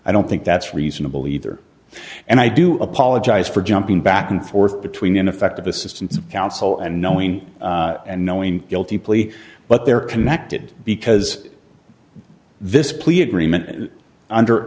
i don't think that's reasonable either and i do apologize for jumping back and forth between ineffective assistance of counsel and knowing and knowing guilty plea but they're connected because this